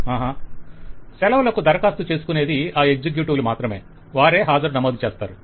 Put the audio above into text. client సెలవుకు దరఖాస్తు చేసుకునేది ఆ ఎక్సెక్యుటివ్ లు మాత్రమే వారే హాజరు నమోదు చేస్తారు